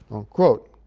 unquote.